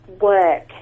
work